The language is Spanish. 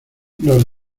los